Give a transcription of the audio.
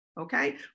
okay